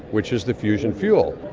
which is the fusion fuel.